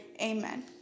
Amen